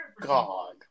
god